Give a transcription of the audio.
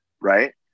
right